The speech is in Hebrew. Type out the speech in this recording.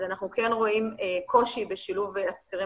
אז אנחנו כן רואים קושי בשילוב אסירים